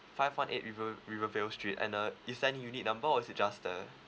five one eight river~ rivervale street and uh is there any unit number or is it just the